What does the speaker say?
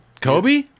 Kobe